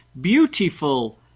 beautiful